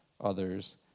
others